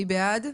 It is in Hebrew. מי בעד?